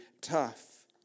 tough